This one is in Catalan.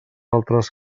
altres